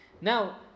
Now